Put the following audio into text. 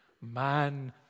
man